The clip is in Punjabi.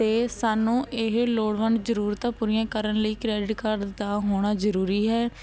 ਅਤੇ ਸਾਨੂੰ ਇਹ ਲੋੜਵੰਦ ਜ਼ਰੂਰਤਾਂ ਪੂਰੀਆਂ ਕਰਨ ਲਈ ਕ੍ਰੈਡਿਟ ਕਾਰਡ ਦਾ ਦਿੱਤਾ ਹੋਣਾ ਜ਼ਰੂਰੀ ਹੈ